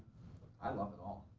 i love it all.